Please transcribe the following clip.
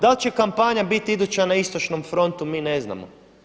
Da li će kampanja biti iduća na istočnom frontu mi ne znamo?